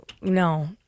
No